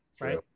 right